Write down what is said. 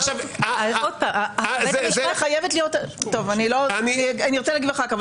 אני ארצה להגיב אח"כ.